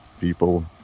people